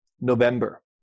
November